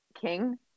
king